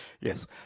Yes